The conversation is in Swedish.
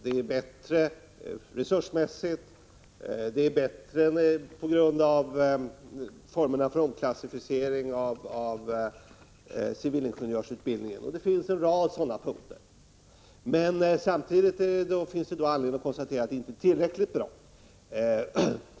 Det är bättre resursmässigt, i fråga om formerna för omklassificering av civilingenjörsutbildningen och på en rad andra punkter. Men samtidigt finns det anledning att konstatera att förslaget inte är tillräckligt bra.